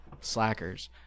slackers